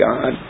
God